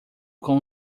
com